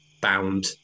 bound